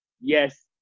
yes